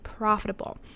profitable